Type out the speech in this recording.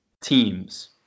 teams